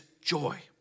joy